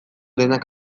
denak